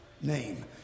name